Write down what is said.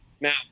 Now